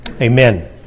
Amen